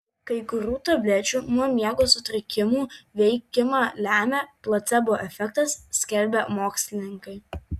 kai kurių tablečių nuo miego sutrikimų veikimą lemią placebo efektas skelbia mokslininkai